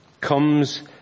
comes